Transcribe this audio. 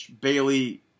Bailey